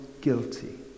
guilty